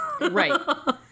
Right